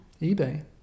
eBay